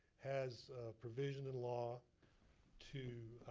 has a provision in law to